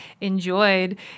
enjoyed